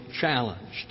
challenged